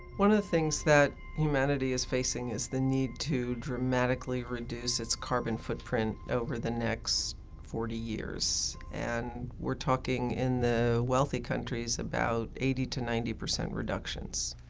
one of the things that humanity is facing is the need to dramatically reduce its carbon footprint over the next forty years. and we're talking in the wealthy countries about eighty to ninety percent reductions.